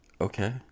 Okay